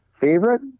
favorite